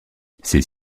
ces